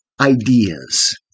ideas